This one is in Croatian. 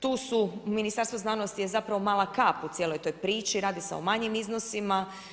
Tu su, Ministarstvo znanosti je zapravo mala kap u cijeloj toj priči, radi se o manjim iznosima.